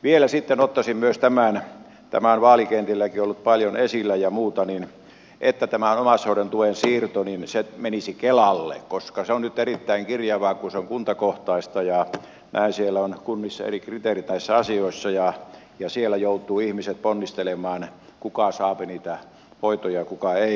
vielä sitten ottaisin myös tämän tämä on vaalikentilläkin ollut paljon esillä ja muuta että tämän omaishoidon tuen siirto menisi kelalle koska se on nyt erittäin kirjavaa kun se on kuntakohtaista ja näin siellä on kunnissa eri kriteerit näissä asioissa ja siellä joutuvat ihmiset ponnistelemaan kuka saapi niitä hoitoja ja kuka ei